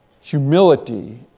humility